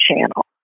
channel